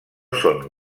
són